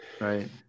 Right